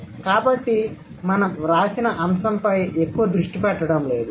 కాబట్టి మనం వ్రాసిన అంశంపై ఎక్కువ దృష్టి పెట్టడం లేదు